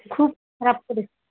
খুব খারাপ পোরিস